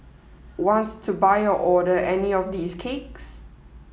want to buy or order any of these cakes